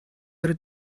wurde